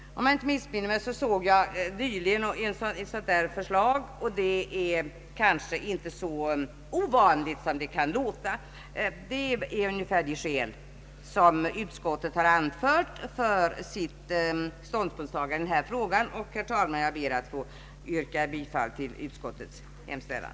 Jag såg nyligen ett sådant förslag, och det är kanske inte så ovanligt som det kan låta. Detta är de skäl som utskottet har anfört för sitt ståndspunktstagande i den här frågan, och jag ber, herr talman, att få yrka bifall till utskottets hemställan.